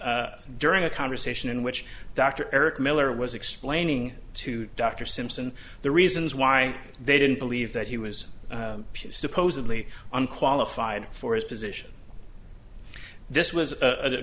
during a conversation in which dr eric miller was explaining to dr simpson the reasons why they didn't believe that he was supposedly unqualified for his position this was a